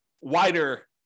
wider